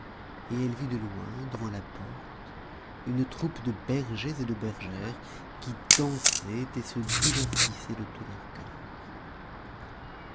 et elle vit de loin devant la porte une troupe de bergers et de bergères qui dansaient et se divertissaient de tout leur cœur